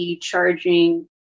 charging